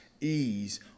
ease